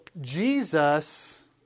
Jesus